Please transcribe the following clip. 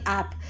app